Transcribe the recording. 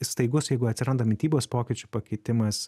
staigus jeigu atsiranda mitybos pokyčių pakitimas